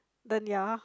then yeah